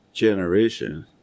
generation